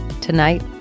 tonight